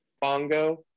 bongo